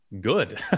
good